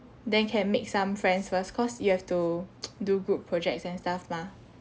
then can make some friends first cause you have to do group projects and stuff mah